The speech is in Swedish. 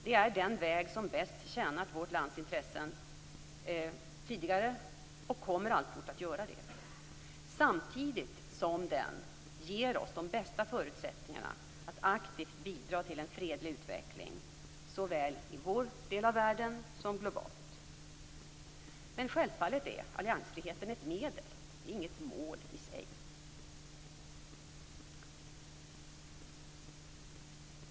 Det är den väg som bäst tjänat vårt lands intressen tidigare, och det kommer den alltfort att göra, samtidigt som den ger oss de bästa förutsättningarna att aktivt bidra till en fredlig utveckling såväl i vår del av världen som globalt. Men självfallet är alliansfriheten ett medel. Den är inget mål i sig.